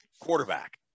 quarterback